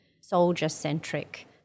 soldier-centric